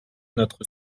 notre